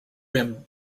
rim